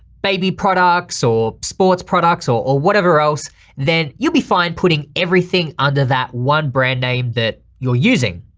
baby products or sports products or whatever else then you'll be fine putting everything under that one brand name that you're using.